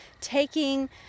taking